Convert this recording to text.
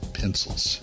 pencils